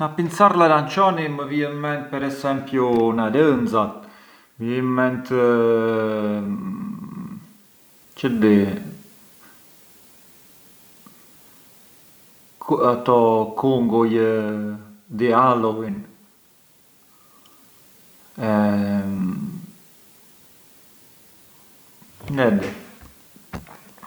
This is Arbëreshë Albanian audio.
Më përqen më shumë të pi kafeun, ë si un ritu çë na kemi, flas pë l’Italia, cioè ngë ë vetëm ghusti çë më përqen shumë, ngë ë vetëm fuqia çë të jep, ma edhe si një mument te ku ti je flet me tij stesu, je… propria je rron një mument spirituali, ngë ë vetëm la caffeina, comunqui më përqen më shumë kafeu.